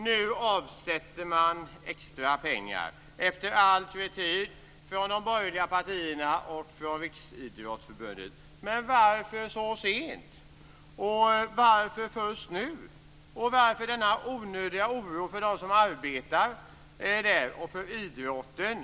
Nu avsätter man extra pengar efter all kritik från de borgerliga partierna och från Riksidrottsförbundet. Varför gör man det så sent? Varför gör man det först nu? Varför finns denna onödiga oro för dem som arbetar där och för idrotten?